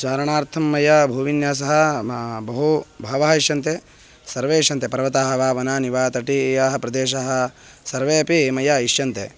चारणार्थं मया भूविन्यासः म बहु बहवः इष्यन्ते सर्वे इष्यन्ते पर्वताः वा वनानि वा तटीयाः प्रदेशाः सर्वेपि मया इष्यन्ते